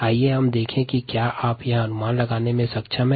आइए हम यह देखें कि क्या आप यह अनुमान लगाने में सक्षम हैं